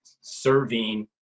serving